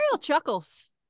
chuckles